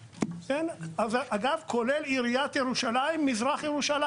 אגב, כולל מזרח ירושלים.